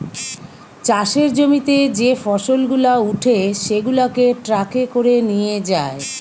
চাষের জমিতে যে ফসল গুলা উঠে সেগুলাকে ট্রাকে করে নিয়ে যায়